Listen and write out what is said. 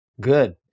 Good